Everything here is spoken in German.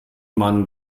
man